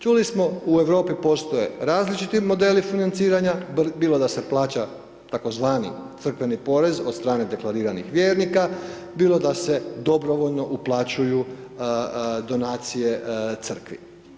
Čuli smo, u Europi postoje različiti modeli financiranja, bilo da se plaća tzv. crkveni porez od strane deklariranih vjernika, bilo da se dobrovoljno uplaćuju donacije crkvi.